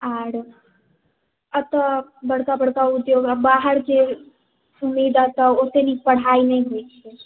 आर एतओ बड़का बड़का उद्योग बाहरके सुविधा तऽ ओत्ते नीक पढ़ाइ नहि छै